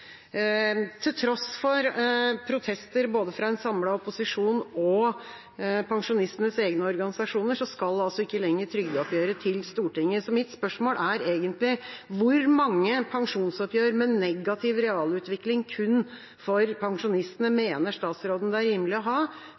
til gode. Til tross for protester fra både en samlet opposisjon og pensjonistenes egne organisasjoner, skal altså ikke lenger trygdeoppgjøret til Stortinget. Så mitt spørsmål er egentlig: Hvor mange pensjonsoppgjør med negativ realutvikling kun for pensjonistene mener statsråden det er rimelig å ha